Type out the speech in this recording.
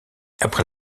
après